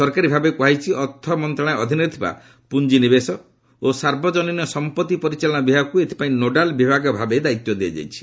ସରକାରୀଭାବେ କୁହାଯାଇଛି ଅର୍ଥମନ୍ତ୍ରଣାଳୟ ଅଧୀନରେ ଥିବା ପୁଞ୍ଜିନିବେଶ ଓ ସାର୍ବଜନୀନ ସମ୍ପଭି ପରିଚାଳନା ବିଭାଗକୁ ଏଥିପାଇଁ ନୋଡାଲ ବିଭାଗଭାବେ ଦାୟିତ୍ୱ ଦିଆଯାଇଛି